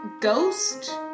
ghost